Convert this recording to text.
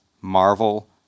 Marvel